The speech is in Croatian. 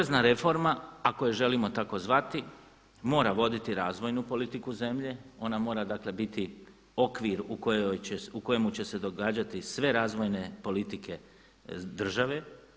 Porezna reforma ako je želimo tako zvati mora voditi razvojnu politiku zemlje, ona mora dakle biti okvir u kojemu će se događati sve razvojne politike države.